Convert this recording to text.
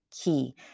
key